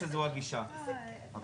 הפרוייקט הגדול ביותר במדינת ישראל כדי לעשות